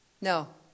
No